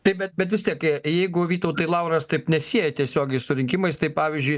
taip bet bet vis tiek jeigu vytautai lauras taip nesieja tiesiogiai su rinkimais tai pavyzdžiui